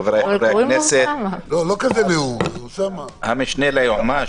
בוקר טוב, חבריי חברי הכנסת, המשנה ליועמ"ש,